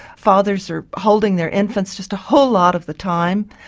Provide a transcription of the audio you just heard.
fathers are holding their infants just a whole lot of the time.